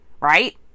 right